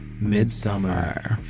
Midsummer